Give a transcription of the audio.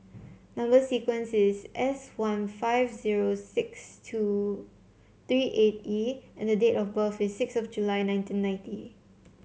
number sequence is S one five zero six two three eight E and date of birth is six of July nineteen ninety